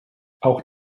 auch